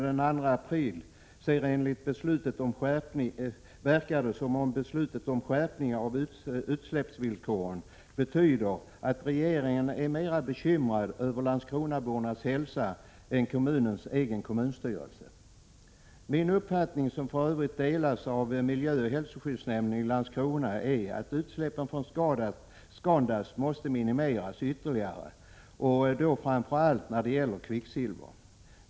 Det verkar som om beslutet om skärpning av utsläppsvillkoren enligt regeringens ställningstagande den 2 april betyder att regeringen mera är bekymrad över landskronabornas hälsa än kommunens egen kommunstyrelse. Min uppfattning, som för övrigt delas av miljöoch hälsoskyddsnämnden i Landskrona, är att utsläppen från Scandust måste minimeras ytterligare, framför allt när det gäller kvicksilver.